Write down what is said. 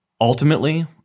Ultimately